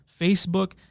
Facebook